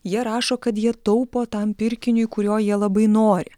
jie rašo kad jie taupo tam pirkiniui kurio jie labai nori